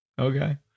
Okay